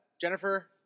Jennifer